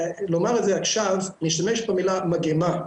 להשתמש במילה 'מגמה'